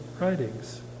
writings